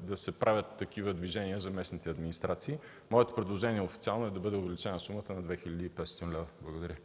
да се правят такива движения за местните администрации. Моето официално предложение е сумата да бъде увеличена на 2500 лв. Благодаря.